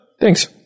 Thanks